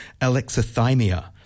Alexithymia